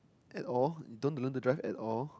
at all you don't want to learn to drive at all